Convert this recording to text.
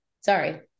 Sorry